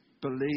believe